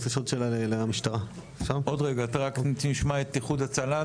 נשמע את איחוד הצלה,